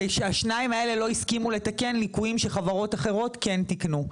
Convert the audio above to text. שהשתיים האלה לא הסכימו לתקן ליקויים שחברות אחרות כן תיקנו.